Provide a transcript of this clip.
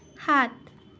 সাত